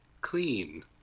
clean